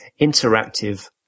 interactive